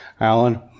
Alan